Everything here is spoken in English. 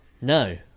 No